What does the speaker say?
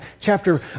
chapter